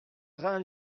temps